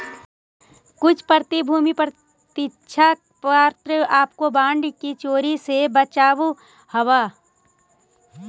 कुछ प्रतिभूति प्रतिज्ञा पत्र आपको बॉन्ड की चोरी से भी बचावअ हवअ